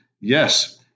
Yes